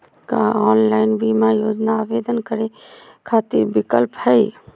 का ऑनलाइन बीमा योजना आवेदन करै खातिर विक्लप हई?